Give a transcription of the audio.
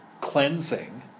cleansing